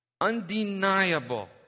undeniable